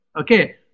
Okay